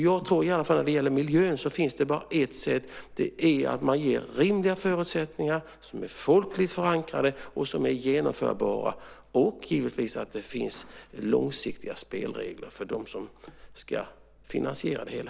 När det gäller miljön finns bara ett sätt, nämligen att ge rimliga förutsättningar som är folkligt förankrade och som är genomförbara - och givetvis att det finns långsiktiga spelregler för dem som ska finansiera det hela.